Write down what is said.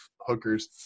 hookers